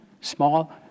small